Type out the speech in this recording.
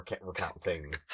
recounting